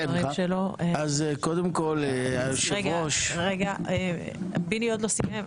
אני רוצה קודם כל לברך אותך כיושבת-ראש הוועדה הזאת,